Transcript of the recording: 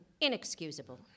inexcusable